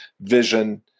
vision